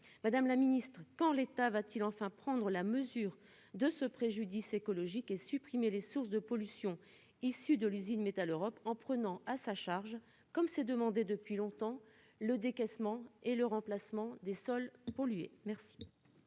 Madame la Ministre, quand l'état va-t-il enfin prendre la mesure de ce préjudice écologique et supprimer les sources de pollution issue de l'usine, Metaleurop en prenant à sa charge, comme c'est demandé depuis longtemps le décaissement et le remplacement des sols pollués merci.